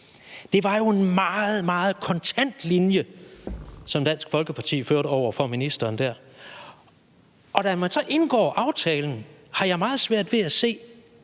Det var jo en meget, meget kontant linje, som Dansk Folkeparti førte over for ministeren der. Og da man så indgår aftalen, har jeg meget svært ved at se,